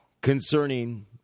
concerning